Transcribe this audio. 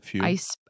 Ice